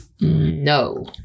No